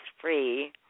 free